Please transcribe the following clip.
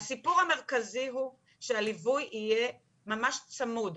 הסיפור המרכזי הוא שהליווי יהיה ממש צמוד.